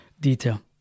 detail